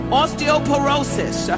osteoporosis